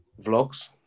Vlogs